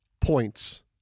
points